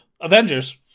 Avengers